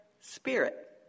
spirit